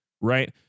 right